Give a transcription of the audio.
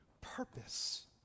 purpose